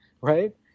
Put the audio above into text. right